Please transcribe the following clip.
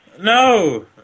No